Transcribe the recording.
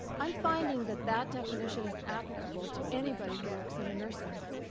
i'm finding that that definition is applicable to anybody who works in a nursing home.